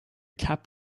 cap